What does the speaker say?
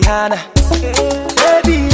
Baby